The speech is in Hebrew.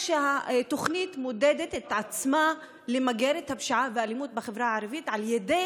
והתוכנית מודדת את עצמה למגר את הפשיעה והאלימות בחברה הערבית על ידי